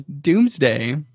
doomsday